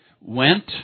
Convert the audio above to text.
went